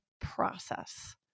process